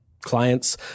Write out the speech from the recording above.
clients